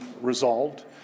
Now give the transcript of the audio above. resolved